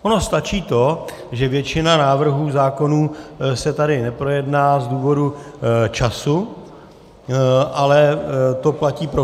Ono stačí to, že většina návrhů zákonů se tady neprojedná z důvodu času, ale to platí pro všechny.